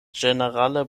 ĝenerale